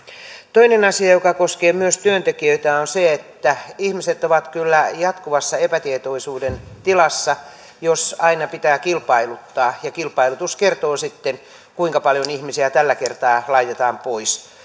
toinen asia joka koskee myös työntekijöitä on se että ihmiset ovat kyllä jatkuvassa epätietoisuuden tilassa jos aina pitää kilpailuttaa ja kilpailutus kertoo sitten kuinka paljon ihmisiä tällä kertaa laitetaan pois